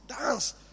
dance